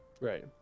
right